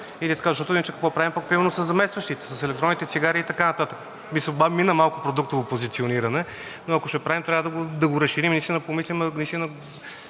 иначе какво правим, например със заместващите – с електронните цигари и така нататък? Мина малко продуктово позициониране, но ако ще правим, трябва да го разширим